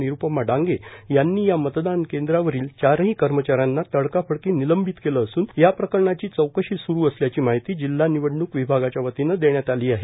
निरुपमा डांगे यांनी या मतदान केंद्रावरील चारही कर्मचार्यांना तडकाफडकी निलंबित केले असून या प्रकरणाची चौकशी सूरु असल्याची माहीती जिल्हा निवडण्क विभागाच्या वतीनं देण्यात आली आहे